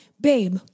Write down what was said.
Babe